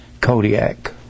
Kodiak